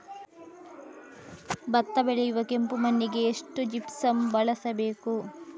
ಭತ್ತ ಬೆಳೆಯುವ ಕೆಂಪು ಮಣ್ಣಿಗೆ ಎಷ್ಟು ಜಿಪ್ಸಮ್ ಬಳಸಬೇಕು?